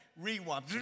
Rewind